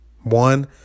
one